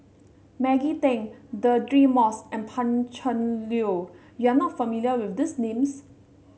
Maggie Teng Deirdre Moss and Pan Cheng Lui you are not familiar with these names